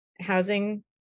housing